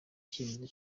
cyemezo